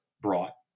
brought